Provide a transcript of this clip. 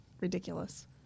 ridiculous